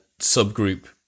subgroup